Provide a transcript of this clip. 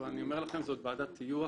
אבל אני אומר לכם שזו ועדת טיוח,